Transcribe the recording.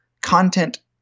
content